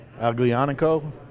Aglianico